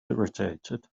irritated